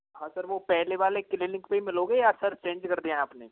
हाँ सर वो पहले वाले क्लिनिक पे ही मिलोगे या सर चेंज कर दिया है आपने